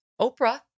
Oprah